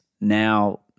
Now